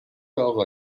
اقا